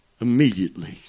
Immediately